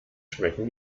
schmecken